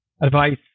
advice